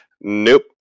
Nope